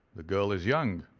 the girl is young,